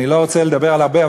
אני לא רוצה לדבר על הרבה,